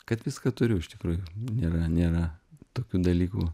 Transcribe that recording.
kad viską turiu iš tikrųjų nėra nėra tokių dalykų